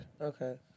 Okay